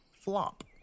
flop